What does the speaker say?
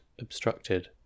obstructed